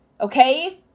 Okay